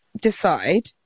decide